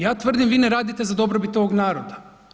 Ja tvrdim, vi ne radite za dobrobit ovog naroda.